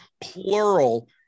plural